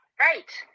Right